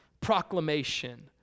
proclamation